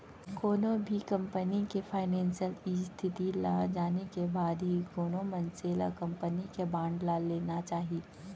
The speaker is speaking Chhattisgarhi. कोनो भी कंपनी के फानेसियल इस्थिति ल जाने के बाद ही कोनो मनसे ल कंपनी के बांड ल लेना चाही